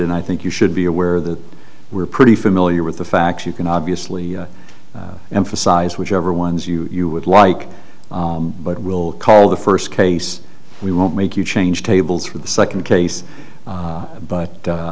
and i think you should be aware that we're pretty familiar with the facts you can obviously emphasize whichever ones you you would like but we'll call the first case we won't make you change tables for the second case but